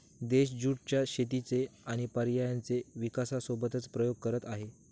देश ज्युट च्या शेतीचे आणि पर्यायांचे विकासासोबत प्रयोग करत आहे